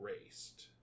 erased